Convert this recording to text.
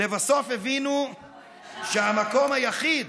לבסוף הבינו שהמקום היחיד